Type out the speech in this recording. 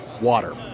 water